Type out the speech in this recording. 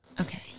okay